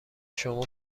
شما